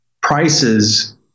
prices